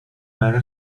برای